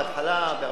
בהתחלה,